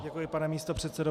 Děkuji, pane místopředsedo.